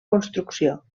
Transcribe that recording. construcció